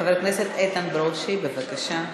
חבר הכנסת איתן ברושי, בבקשה.